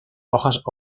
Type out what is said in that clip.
rojas